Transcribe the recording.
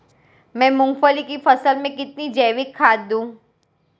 मैं मूंगफली की फसल में कितनी जैविक खाद दूं?